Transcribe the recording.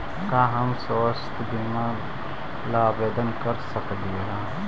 का हम स्वास्थ्य बीमा ला आवेदन कर सकली हे?